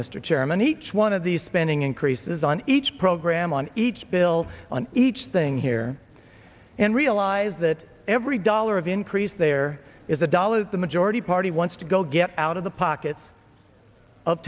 chairman each one of these spending increases on each program on each bill on each thing here and realize that every dollar of increase there is a dollar that the majority party wants to go get out of the pockets of